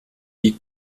die